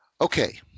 okay